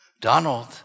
Donald